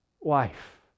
wife